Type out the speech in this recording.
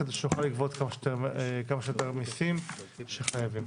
כדי שנוכל לגבות כמה שיותר מיסים של חייבים.